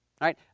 right